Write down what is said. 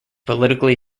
politically